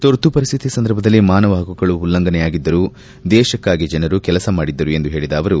ತುರ್ತು ಪರಿಸ್ಟಿತಿಯ ಸಂದರ್ಭದಲ್ಲಿ ಮಾನವ ಹಕ್ಕುಗಳು ಉಲ್ಲಂಘನೆಯಾಗಿದರೂ ದೇಶಕ್ಕಾಗಿ ಜನರು ಕೆಲಸ ಮಾಡಿದ್ದರು ಎಂದು ಹೇಳದ ಅವರು